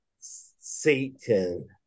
Satan